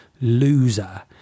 loser